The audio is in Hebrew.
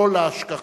לא להשכחה,